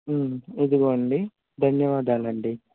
ఇదిగోండి ధన్యవాదాలు అండి